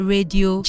Radio